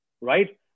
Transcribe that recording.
right